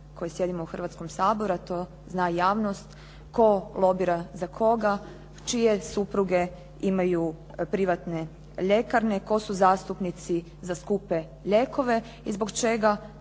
koji sjedimo u Hrvatskom saboru a to zna i javnost tko lobira za koga, čije supruge imaju privatne ljekarne, tko su zastupnici za skupe lijekove i zbog čega